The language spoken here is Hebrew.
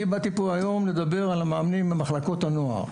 אני באתי פה היום לדבר על המאמנים במחלקות הנוער.